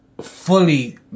fully